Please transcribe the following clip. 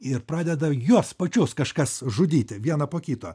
ir pradeda juos pačius kažkas žudyti vieną po kito